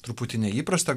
truputį neįprasta